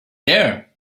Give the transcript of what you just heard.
there